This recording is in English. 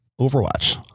Overwatch